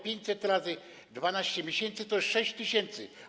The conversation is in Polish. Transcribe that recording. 500 razy 12 miesięcy to jest 6 tys.